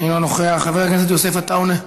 אינו נוכח, חבר הכנסת יוסף עטאונה,